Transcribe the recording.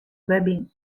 webbing